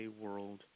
world